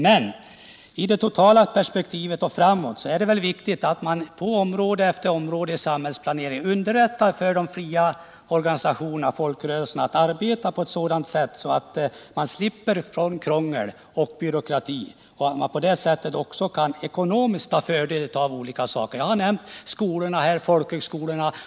Men i det totala perspektivet är det viktigt att man på område efter område i samhällsplaneringen underlättar för de fria organisationerna, folkrörelserna, att arbeta på ett sådant sätt att man slipper ifrån krångel och byråkrati och ekonomiskt kan dra fördel av olika saker. Jag har redan nämnt folkhögskolorna.